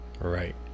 right